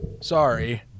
sorry